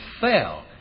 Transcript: fell